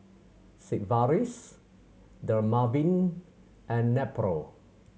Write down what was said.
Sigvaris Dermaveen and Nepro